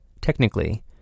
Technically